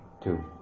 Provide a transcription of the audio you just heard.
two